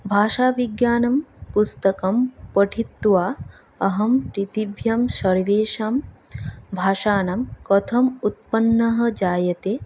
भाषाविज्ञानं पुस्तकं पठित्वा अहं पृथिव्यां सर्वेषां भाषाणां कथम् उत्पन्नः जायते